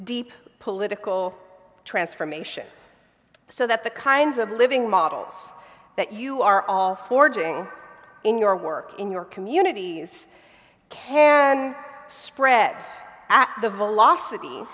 deep political transformation so that the kinds of living models that you are all forging in your work in your communities can spread at the velocity